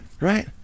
right